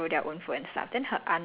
like the town